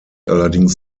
allerdings